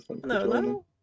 hello